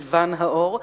לבן העור,